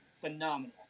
phenomenal